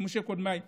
כמו שקודמיי נאמו,